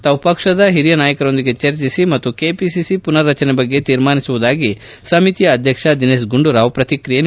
ತಾವು ಪಕ್ಷದ ಹಿರಿಯ ನಾಯಕರೊಂದಿಗೆ ಚರ್ಚಿಸಿ ಮತ್ತು ಕೆಪಿಸಿಸಿ ಪುನರ್ ರಚನೆ ಬಗ್ಗೆ ತೀರ್ಮಾನಿಸುವುದಾಗಿ ಸಮಿತಿಯ ಅಧ್ಯಕ್ಷ ದಿನೇಶ್ ಗುಂಡೂರಾವ್ ಪ್ರತಿಕ್ರಿಯಿಸಿದ್ದಾರೆ